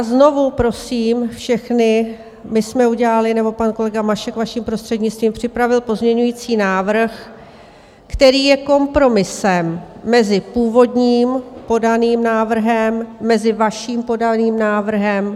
Znovu prosím všechny, my jsme udělali nebo pan kolega Mašek, vaším prostřednictvím, připravil pozměňovací návrh, který je kompromisem mezi původním podaným návrhem, mezi vaším podaným návrhem.